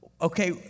Okay